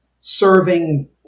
serving